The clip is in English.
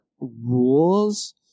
rules